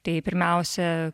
tai pirmiausia